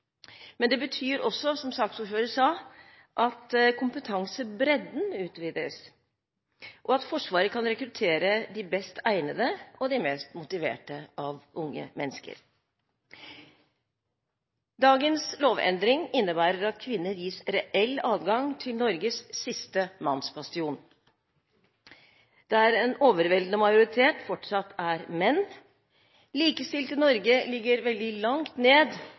Men det betyr også, som saksordføreren sa, at kompetansebredden utvides, og at Forsvaret kan rekruttere de best egnede og de mest motiverte av unge mennesker. Dagens lovendring innebærer at kvinner gis reell adgang til Norges siste mannsbastion, der en overveldende majoritet fortsatt er menn. Likestilte Norge ligger veldig langt ned